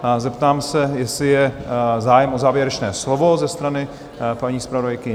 A zeptám se, jestli je zájem o závěrečné slovo ze strany paní zpravodajky?